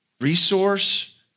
resource